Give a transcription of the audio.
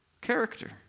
character